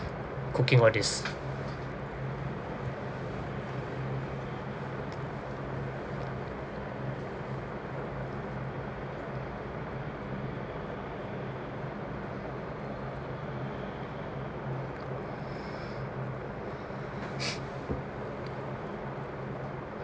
cooking all this